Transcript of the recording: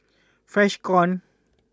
Freshkon